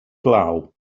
glaw